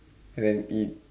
and then eat